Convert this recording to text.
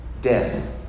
death